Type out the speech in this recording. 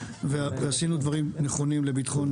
ועשינו דברים נכונים לביטחון